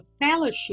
fellowship